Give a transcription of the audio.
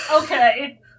Okay